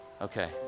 okay